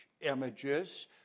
images